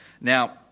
Now